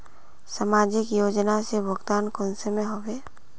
समाजिक योजना से भुगतान कुंसम होबे?